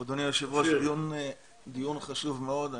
אדוני היושב ראש, דיון חשוב מאוד.